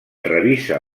revisa